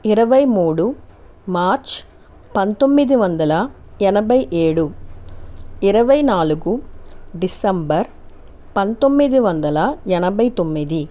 ఇరవై మూడు మార్చి పంతొమ్మిది వందల ఎనభై ఏడు ఇరవై నాలుగు డిసెంబర్ పంతొమ్మిది వందల ఎనభై తొమ్మిది